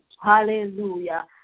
Hallelujah